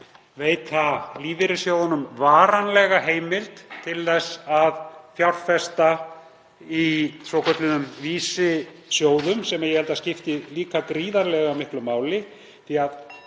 veita lífeyrissjóðunum varanlega heimild til að fjárfesta í svokölluðum vísisjóðum, sem ég held að skipti líka gríðarlega miklu máli.